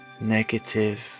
negative